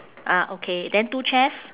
uh okay then two chairs